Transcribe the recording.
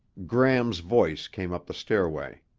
gram's voice came up the stairway.